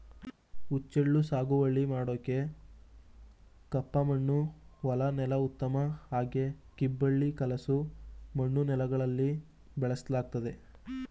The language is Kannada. ಹುಚ್ಚೆಳ್ಳು ಸಾಗುವಳಿ ಮಾಡೋಕೆ ಕಪ್ಪಮಣ್ಣು ಹೊಲ ನೆಲ ಉತ್ತಮ ಹಾಗೆ ಕಿಬ್ಬಳಿ ಕಲಸು ಮಣ್ಣು ನೆಲಗಳಲ್ಲಿ ಬೆಳೆಸಲಾಗ್ತದೆ